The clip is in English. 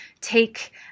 take